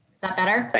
that better.